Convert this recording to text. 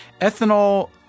Ethanol